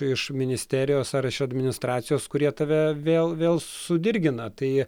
iš ministerijos ar iš administracijos kurie tave vėl vėl sudirgina tai